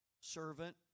servant